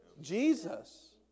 Jesus